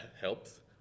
helps